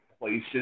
Places